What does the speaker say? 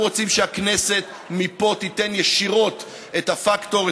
אנחנו רוצים שהכנסת מפה תיתן ישירות את הפקטור,